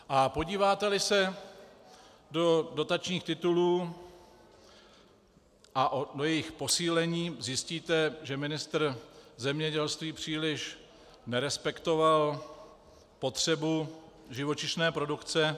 A podíváteli se do dotačních titulů a do jejich posílení, zjistíte, že ministr zemědělství příliš nerespektoval potřebu živočišné produkce.